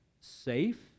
safe